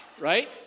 right